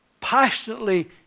passionately